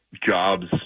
jobs